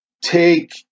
take